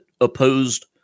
opposed